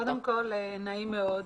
קודם כל, נעים מאוד.